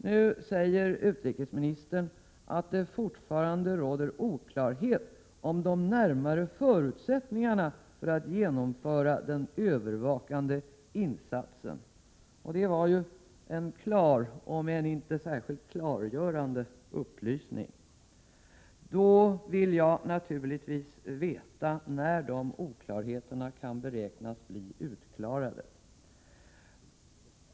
Nu säger utrikesministern att det fortfarande råder oklarhet om de närmare förutsättningarna för att genomföra den övervakande insatsen, och det var ju en klar — om än inte särskilt klargörande — upplysning. Då vill jag naturligtvis veta när de oklarheterna beräknas bli utklarade.